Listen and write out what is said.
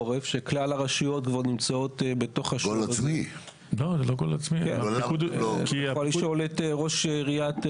על עצמנו את העניין הזה שפשוט להפוך אבן על אבן לפני שיתהפך לנו לבד,